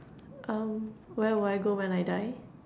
um where will I go when I die